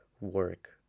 work